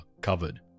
covered